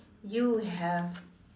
you have